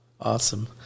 Awesome